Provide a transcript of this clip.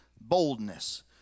boldness